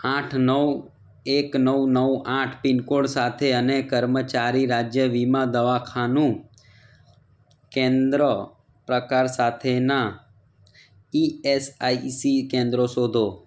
આઠ નવ એક નવ નવ આઠ પિનકોડ સાથે અને કર્મચારી રાજ્ય વીમા દવાખાનું કેન્દ્ર પ્રકાર સાથેનાં ઇ એસ આઇ સી કેન્દ્રો શોધો